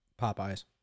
Popeye's